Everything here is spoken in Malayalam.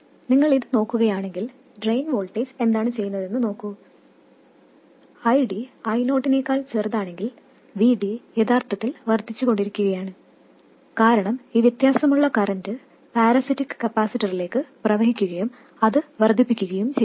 നിങ്ങൾ ഇത് നോക്കുകയാണെങ്കിൽ ഡ്രെയിൻ വോൾട്ടേജ് എന്താണ് ചെയ്യുന്നതെന്ന് നോക്കൂ ID I0നേക്കാൾ ചെറുതാണെങ്കിൽ VD യഥാർത്ഥത്തിൽ വർദ്ധിച്ചുകൊണ്ടിരിക്കുകയാണ് കാരണം ഈ വ്യത്യാസമുള്ള കറന്റ് പാരാസിറ്റിക് കപ്പാസിറ്ററിലേക്ക് പ്രവഹിക്കുകയും അത് വർദ്ധിപ്പിക്കുകയും ചെയ്യുന്നു